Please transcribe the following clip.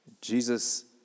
Jesus